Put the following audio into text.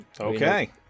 Okay